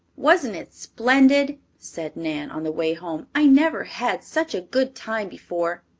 wasn't it splendid? said nan, on the way home. i never had such a good time before.